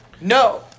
No